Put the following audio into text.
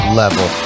level